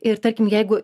ir tarkim jeigu